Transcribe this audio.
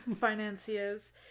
financiers